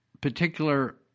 particular